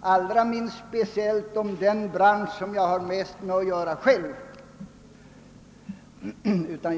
allra minst den bransch som jag har mest att göra med.